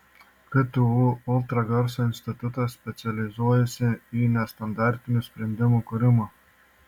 ktu ultragarso institutas specializuojasi į nestandartinių sprendimų kūrimą